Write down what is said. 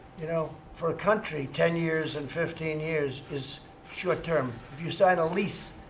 you know, for a country, ten years and fifteen years is short term. if you sign a lease,